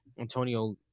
Antonio